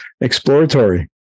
exploratory